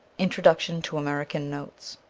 introduction to american notes